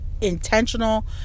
intentional